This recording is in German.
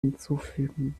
hinzufügen